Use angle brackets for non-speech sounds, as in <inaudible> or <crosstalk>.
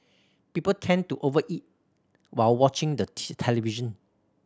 people tend to over eat while watching the <unintelligible> television